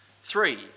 Three